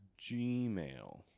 Gmail